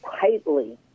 tightly